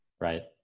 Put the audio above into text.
right